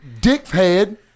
dickhead